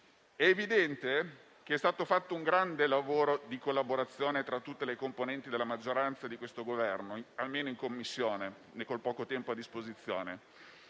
È evidente che è stato fatto un grande lavoro di collaborazione tra tutte le componenti della maggioranza di questo Governo, almeno in Commissione, nel poco tempo a disposizione;